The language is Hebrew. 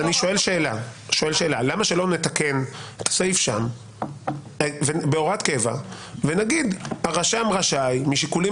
אז למה שלא נתקן את הסעיף שם בהוראת קבע ונגיד: הרשם רשאי משיקולים